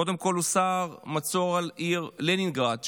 קודם כול הוסר המצור מעל העיר לנינגרד,